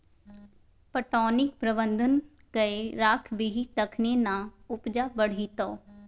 पटौनीक प्रबंधन कए राखबिही तखने ना उपजा बढ़ितौ